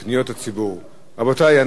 אנחנו הגענו לסוף סדר-היום,